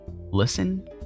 Listen